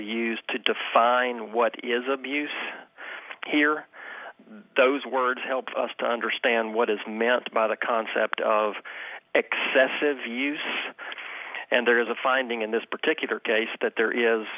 used to define what is abuse here those words help us to understand what is meant by the concept of excessive use and there is a finding in this particular case that there is